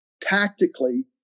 tactically